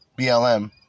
BLM